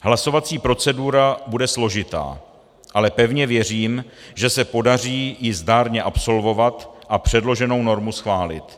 Hlasovací procedura bude složitá, ale pevně věřím, že se podaří ji zdárně absolvovat a předloženou normu schválit.